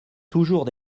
toujours